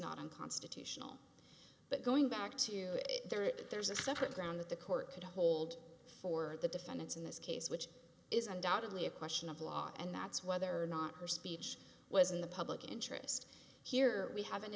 not unconstitutional but going back to their it there's a separate ground that the court could hold for the defendants in this case which is undoubtedly a question of law and that's whether or not her speech was in the public interest here we have an